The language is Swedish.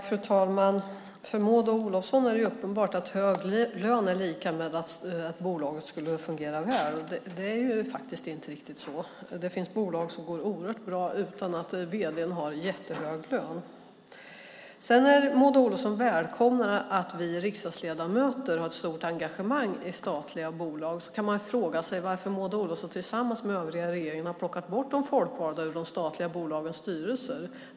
Fru talman! Det är uppenbart att för Maud Olofsson är hög lön lika med att bolaget fungerar väl. Det är faktiskt inte riktigt så. Det finns bolag som går oerhört bra utan att vd:n har jättehög lön. Maud Olofsson välkomnar att vi riksdagsledamöter har ett stort engagemang i statliga bolag. Då kan man fråga sig varför Maud Olofsson tillsammans med den övriga regeringen har plockat bort de folkvalda ur de statliga bolagens styrelser.